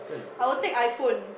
I will take iPhone